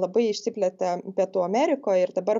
labai išsiplėtė pietų amerikoj ir dabar